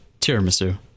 Tiramisu